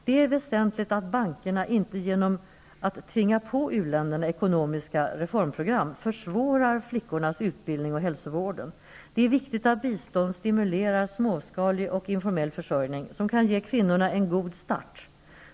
Det är väsentligt att bankerna inte genom att tvinga på u-länder ekonomiska reformprogram försvårar flickornas utbildning och hälsovården. Det är viktigt att bistånd stimulerar småskalig och informell försörjning, som kan ge kvinnorna en god start.